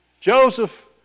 Joseph